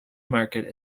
market